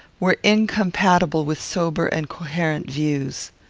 were incompatible with sober and coherent views.